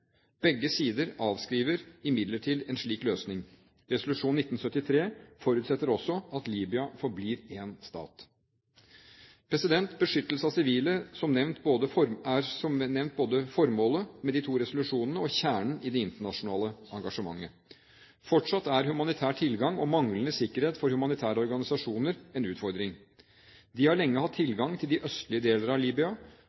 Begge sider avskriver imidlertid en slik løsning. Resolusjon 1973 forutsetter også at Libya forblir én stat. Beskyttelse av sivile er som nevnt både formålet med de to resolusjonene og kjernen i det internasjonale engasjementet. Fortsatt er humanitær tilgang og manglende sikkerhet for humanitære organisasjoner en utfordring. De har lenge hatt